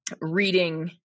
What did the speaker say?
reading